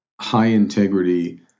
high-integrity